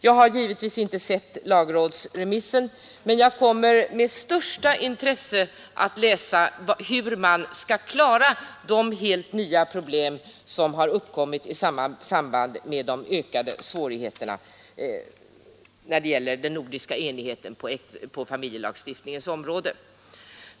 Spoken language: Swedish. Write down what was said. Jag har givetvis inte sett lagrådsremissen, och jag kommer med största intresse att läsa hur man skall klara de helt nya problem som har uppkommit i samband med de ökade svårigheterna när det gäller den nordiska enigheten på familjelagstiftningens område.